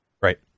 Right